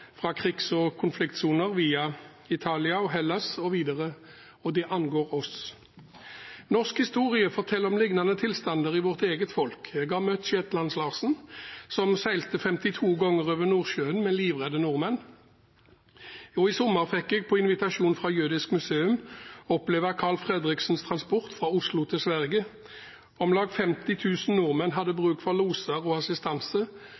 fra krigs- og konfliktsoner via Italia og Hellas, og det angår oss. Norsk historie forteller om liknende tilstander i vårt eget folk. Jeg har møtt Shetlands-Larsen, som seilte 52 ganger over Nordsjøen med livredde nordmenn. I sommer fikk jeg, på invitasjon fra Jødisk Museum i Oslo, oppleve Carl Fredriksens Transport fra Oslo til Sverige. Om lag 50 000 nordmenn hadde bruk for loser og assistanse